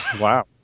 Wow